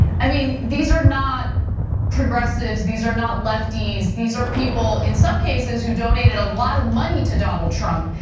i mean, these are not progressives. these are not lefties, these are people in some cases, who donated a lot of money to donald trump,